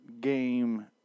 game